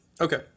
Okay